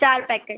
ચાર પૅકેટ